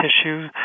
tissue